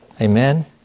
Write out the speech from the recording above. Amen